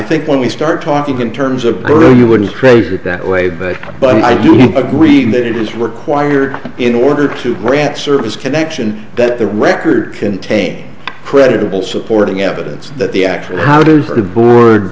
think when we start talking in terms of you wouldn't praise it that way but but i do agree that it is required in order to grant service connection that the records contain credible supporting evidence that the accurate how does the